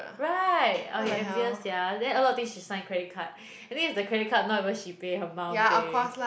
right I envious sia then a lot of thing she sign credit card and the thing is the credit card not even she pay her mum pay